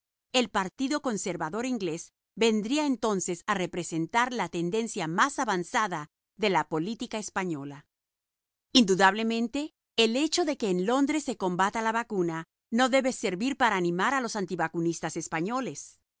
el partido conservador inglés vendría entonces a representar la tendencia más avanzada de la política española indudablemente el hecho de que en londres se combata la vacuna no debe servir para animar a los antivacunistas españoles